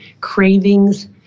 cravings